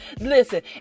Listen